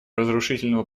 разрушительного